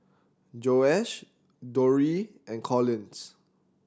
Josiah Drury and Collins